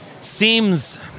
seems